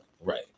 right